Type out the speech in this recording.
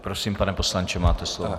Prosím, pane poslanče, máte slovo.